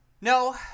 No